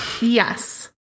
Yes